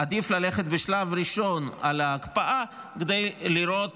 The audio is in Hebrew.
עדיף ללכת בשלב ראשון על ההקפאה כדי לראות